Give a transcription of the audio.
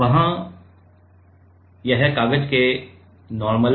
वहाँ इशारा करते हुए कागज के नार्मल